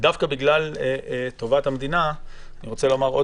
ודווקא בגלל טובת המדינה אני רוצה לומר עוד